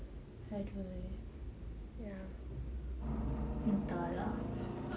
!aduh! entah lah